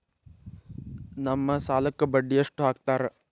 ನಮ್ ಸಾಲಕ್ ಬಡ್ಡಿ ಎಷ್ಟು ಹಾಕ್ತಾರ?